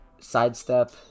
sidestep